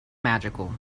magical